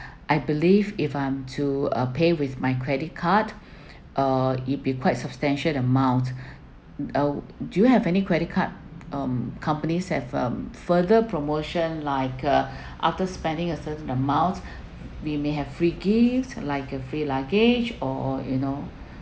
I believe if I'm to uh pay with my credit card uh it be quite substantial amount uh do you have any credit card um companies have um further promotion like uh after spending a certain amount we may have free gifts like a free luggage or you know